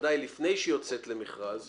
בוודאי לפני שהיא יוצאת למכרז,